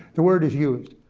the word is used.